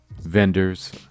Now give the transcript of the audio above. vendors